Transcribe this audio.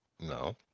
no